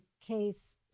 Case